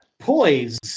Poise